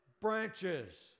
branches